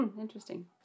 interesting